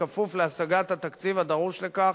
בכפוף להשגת התקציב הדרוש לכך,